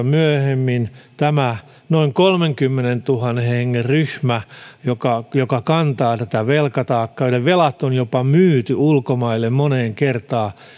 myöhemmin tämä noin kolmenkymmenentuhannen hengen ryhmä kantaa tätä velkataakkaa heidän velkansa on jopa myyty ulkomaille moneen kertaan